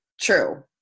true